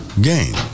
game